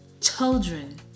children